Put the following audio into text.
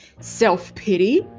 self-pity